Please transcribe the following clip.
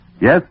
Yes